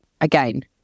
again